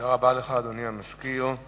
רבה לך, אדוני המזכיר.